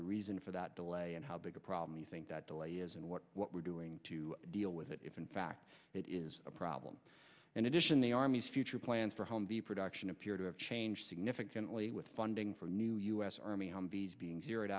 the reason for that delay and how big a problem you think that delay is and what what we're doing to deal with it if in fact it is a problem in addition the army's future plans for home b production appear to have changed significantly with funding for new u s army humvees being her